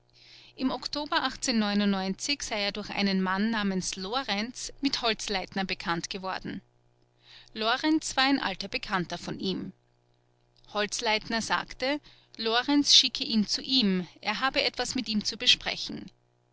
im oktober sei er durch einen mann namens lorenz mit holzleitner bekannt geworden lorenz war ein alter bekannter von ihm holzleitner sagte lorenz schicke ihn zu ihm er habe etwas mit ihm zu besprechen